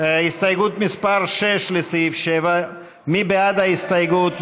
הסתייגות מס' 6, לסעיף 7. מי בעד ההסתייגות?